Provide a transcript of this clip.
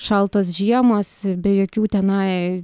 šaltos žiemos be jokių tenai